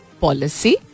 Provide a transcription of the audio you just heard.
policy